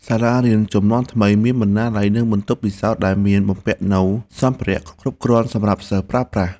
សាលារៀនជំនាន់ថ្មីមានបណ្ណាល័យនិងបន្ទប់ពិសោធន៍ដែលបំពាក់នូវសម្ភារៈគ្រប់គ្រាន់សម្រាប់សិស្សប្រើប្រាស់។